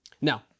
Now